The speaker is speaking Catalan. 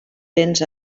béns